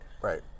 Right